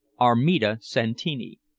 armida santini.